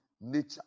nature